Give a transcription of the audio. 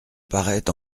paraît